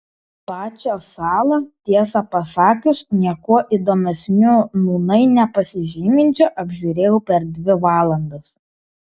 pačią salą tiesą pasakius niekuo įdomesniu nūnai nepasižyminčią apžiūrėjau per dvi valandas